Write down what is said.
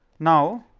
now,